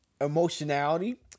emotionality